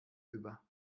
über